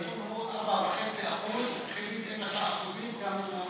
עוד 4.5% אין לך אחוזים כמה,